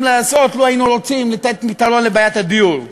לעשות לו היינו רוצים לתת פתרון לבעיית הדיור.